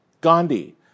Gandhi